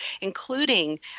including